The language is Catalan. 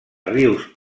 rius